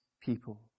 people